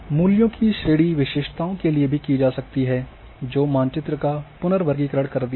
मूल्यों की श्रेणी विशेषताओं के लिए भी की जा सकती है जो मानचित्र का पुनर्वर्गीकरण करती है